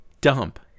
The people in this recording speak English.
dump